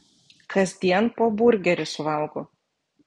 kasdien po burgerį suvalgo